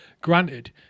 Granted